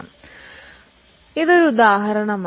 അതിനാൽ ഇതൊരു ഉദാഹരണമാണ്